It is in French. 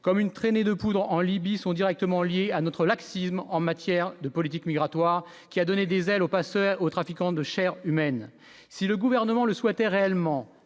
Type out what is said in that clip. comme une traînée de poudre en Libye sont directement liées à notre laxisme en matière de politique migratoire qui a donné des ailes aux passeurs aux trafiquants de Chair humaine, si le gouvernement le souhaitait réellement